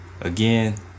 again